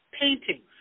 paintings